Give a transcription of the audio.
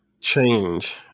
change